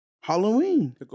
Halloween